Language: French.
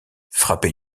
frappé